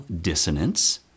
dissonance